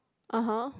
(uh huh)